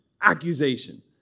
accusation